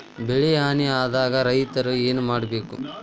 ಬೆಳಿ ಹಾನಿ ಆದಾಗ ರೈತ್ರ ಏನ್ ಮಾಡ್ಬೇಕ್?